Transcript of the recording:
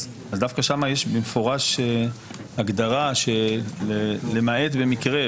אז דווקא שם יש במפורש הגדרה שלמעט במקרה,